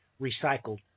recycled